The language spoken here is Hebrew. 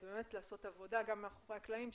עבודה רבה גם מאחורי הקלעים,